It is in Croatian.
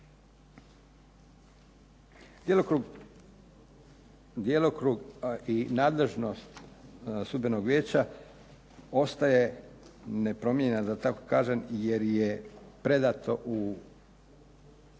Djelokrug i nadležnost Sudbenog vijeća ostaje nepromijenjena da tako kažem jer